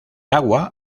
agua